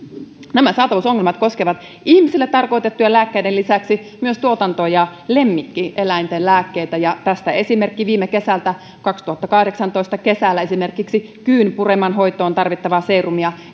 nämä saatavuusongelmat koskevat ihmisille tarkoitettujen lääkkeiden lisäksi myös tuotanto ja lemmikkieläinten lääkkeitä ja tästä esimerkki viime kesältä kesällä kaksituhattakahdeksantoista esimerkiksi kyyn pureman hoitoon tarvittavaa seerumia